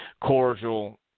cordial